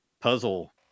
puzzle